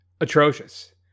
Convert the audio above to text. atrocious